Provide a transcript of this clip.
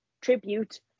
tribute